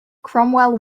cromwell